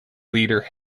leader